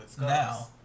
now